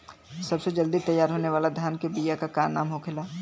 सबसे जल्दी तैयार होने वाला धान के बिया का का नाम होखेला?